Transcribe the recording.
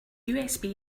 usb